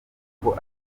kuko